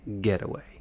getaway